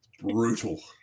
Brutal